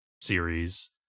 series